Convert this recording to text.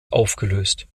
aufgelöst